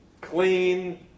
clean